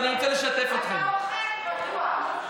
אני רוצה לשתף אתכם, אתה אוכל, בטוח.